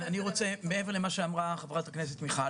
מעבר למה שאמרה חברת הכנסת מיכל,